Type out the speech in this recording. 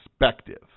perspective